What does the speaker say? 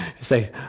say